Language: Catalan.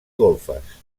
golfes